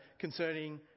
concerning